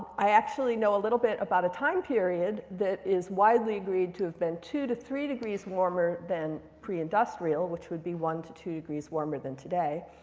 i actually know a little bit about a time period that is widely agreed to have been two to three degrees warmer than pre-industrial, which would be one to two degrees warmer than today.